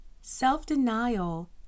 Self-denial